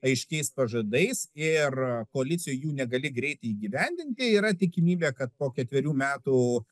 aiškiais pažadais ir koalicijoj jų negali greitai įgyvendinti yra tikimybė kad po ketverių metų